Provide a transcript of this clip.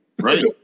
Right